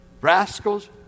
rascals